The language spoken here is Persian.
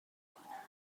کنم